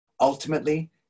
ultimately